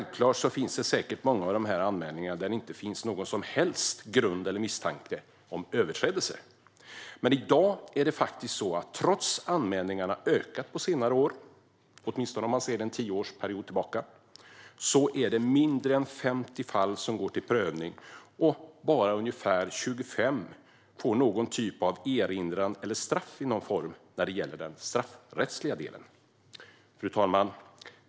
Vid många av dessa anmälningar finns det självklart inte någon som helst misstanke om överträdelser. Men trots att anmälningarna ökat på senare år, åtminstone sett under en tioårsperiod, är det nu mindre än 50 fall som går till prövning, och bara ungefär 25 får någon typ av erinran eller någon form av straff, när det gäller den straffrättsliga delen. Fru talman!